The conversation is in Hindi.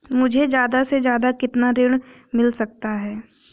मुझे ज्यादा से ज्यादा कितना ऋण मिल सकता है?